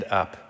up